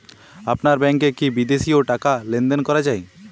আপনার ব্যাংকে কী বিদেশিও টাকা লেনদেন করা যায়?